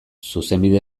zuzenbide